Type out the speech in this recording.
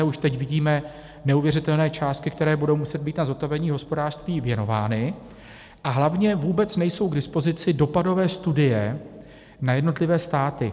Už teď vidíme neuvěřitelné částky, které budou muset být na zotavení hospodářství věnovány, a hlavně vůbec nejsou k dispozici dopadové studie na jednotlivé státy.